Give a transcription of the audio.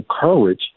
courage